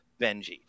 Benji